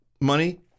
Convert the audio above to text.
money